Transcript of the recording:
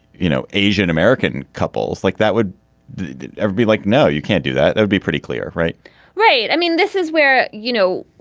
you know, asian-american couples like that would ever be like, no, you can't do that. it would be pretty clear. right right. i mean, this is where, you know,